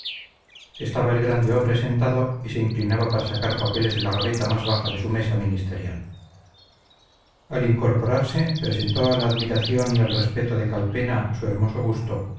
estaba el grande hombre sentado y se inclinaba para sacar papeles de la gaveta más baja de su mesa ministerial al incorporarse presentó a la admiración y al respeto de calpena su hermoso busto